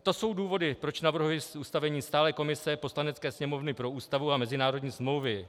To jsou důvody, proč navrhuji ustavení stálé komise Poslanecké sněmovny pro Ústavu a mezinárodní smlouvy.